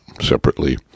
separately